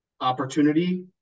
opportunity